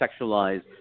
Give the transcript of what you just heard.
sexualized